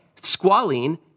squalene